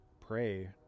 pray